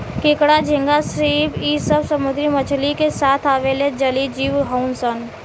केकड़ा, झींगा, श्रिम्प इ सब समुंद्री मछली के साथ आवेला जलीय जिव हउन सन